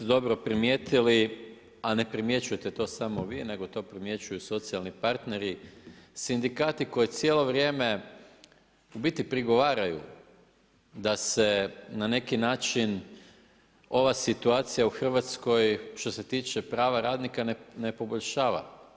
Vi ste dobro primijetili, a ne primjećujete to samo vi nego to primjećuju socijalni partneri, sindikati koji cijelo vrijeme u biti prigovaraju da se na neki način ova situacija u Hrvatskoj što se tiče prava radnika ne poboljšava.